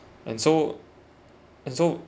and so and so